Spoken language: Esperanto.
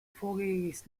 foriris